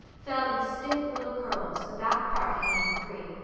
fell in stiff little curls, the back part hanging free.